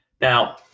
Now